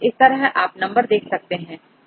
इस तरह आप नंबर देख सकते हैं